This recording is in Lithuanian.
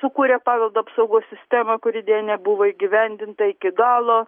sukūrė paveldo apsaugos sistemą kuri deja nebuvo įgyvendinta iki galo